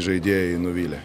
žaidėjai nuvylė